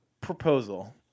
proposal